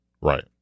Right